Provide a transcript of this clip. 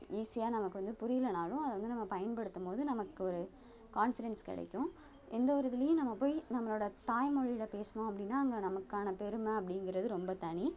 ஈஸியாக நமக்கு வந்து புரியலைனாலும் அது வந்து நம்ம பயன்படுத்தும் போது நமக்கு ஒரு கான்ஃபிடன்ஸ் கிடைக்கும் எந்த ஒரு இதுலேயும் நம்ம போய் நம்மளோடய தாய்மொழியில் பேசினோம் அப்படீன்னா அங்கே நமக்கான பெருமை அப்படிங்கிறது ரொம்ப தனி